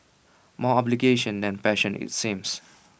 more obligation than passion its seems